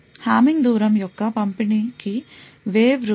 Hamming దూరం యొక్క పంపిణీకి వేవ్ రూపం సగటున 59